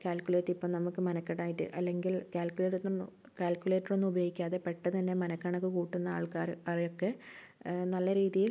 calculate ഇപ്പ നമക്ക് മനക്കടായിട്ട് അല്ലെങ്കിൽ കാൽകുലേറ്റൊന്നും കാൽകുലേറ്ററൊന്നും ഉപയോഗിക്കാതെ പെട്ടെന്ന് തന്നെ മനക്കണക്ക് കൂട്ടുന്ന ആൾക്കാർ അവരൊക്കെ നല്ല രീതിയിൽ